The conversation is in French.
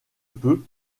peu